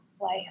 life